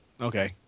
Okay